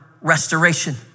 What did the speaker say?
restoration